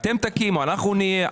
אתם תקימו, אנחנו נהיה.